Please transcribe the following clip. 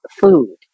food